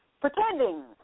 pretending